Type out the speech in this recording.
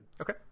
Okay